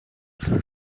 years